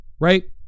Right